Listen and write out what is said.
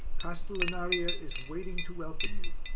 castellinaria is waiting to welcome you.